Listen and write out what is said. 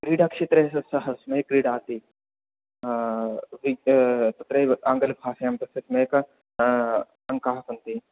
क्रीडाक्षेत्रेषु सः सम्यक् क्रीडति विज् तत्रैव आङ्ग्लभाषायां तस्य सम्यक् अङ्काः सन्ति